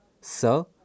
Sir